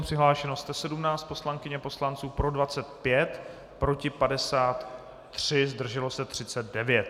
Přihlášeno 117 poslankyň a poslanců, pro 25, proti 53, zdrželo se 39.